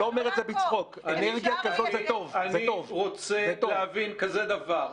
אני רוצה להבין כזה דבר: